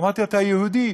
אמרתי: אתה יהודי.